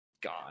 God